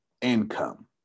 income